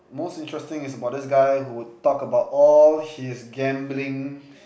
most interesting is about this guy who would talk about all his gambling